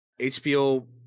HBO